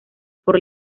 por